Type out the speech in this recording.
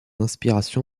inspiration